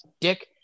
dick